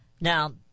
Now